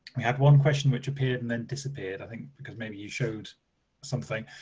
we had one question which appeared and then disappeared i think because maybe you showed something,